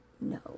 No